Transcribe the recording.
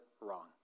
wrong